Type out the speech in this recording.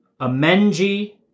Amenji